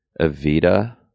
Evita